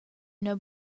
üna